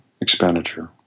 expenditure